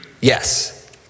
Yes